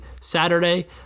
Saturday